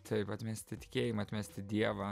taip atmesti tikėjimą atmesti dievą